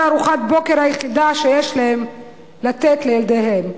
ארוחת הבוקר היחידה שיש להם לתת לילדיהם.